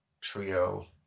trio